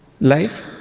life